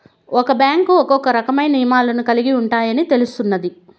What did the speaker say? ఒక్క బ్యాంకు ఒక్కో రకమైన నియమాలను కలిగి ఉంటాయని తెలుస్తున్నాది